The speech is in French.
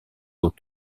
aux